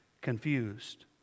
confused